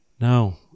No